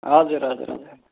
हजुर हजुर हजुर